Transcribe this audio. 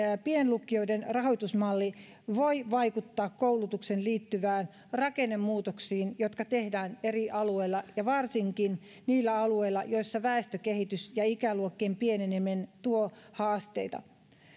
pienlukioiden rahoitusmalli voi vaikuttaa koulutukseen liittyviin rakennemuutoksiin jotka tehdään eri alueilla ja varsinkin niillä alueilla joissa väestökehitys ja ikäluokkien pieneneminen tuovat haasteita